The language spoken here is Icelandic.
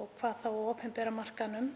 og hvað þá á opinbera markaðnum